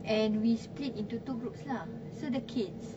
and we split into two groups lah so the kids